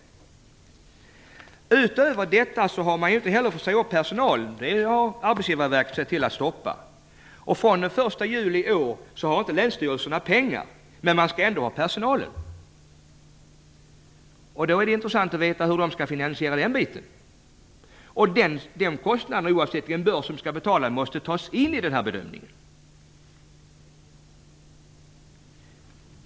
Därtill kommer att man inte heller har fått säga upp personal - det har Arbetsgivarverket satt stopp för. Från den 1 juli i år har länsstyrelserna inte pengar, men man skall ändå ha personalen! Det vore intressant att få veta hur de skall finansiera det. Oavsett vilken börs pengarna skall tas ur måste den kostnaden tas med i den här bedömningen.